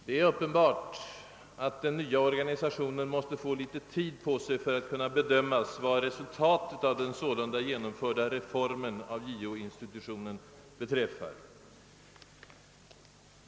Det är uppenbart att den nya organisationen måste få litet tid på sig för att man skall kunna bedöma resultatet av den sålunda genomförda reformen av JO-institutionen.